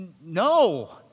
no